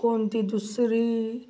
कोणती दुसरी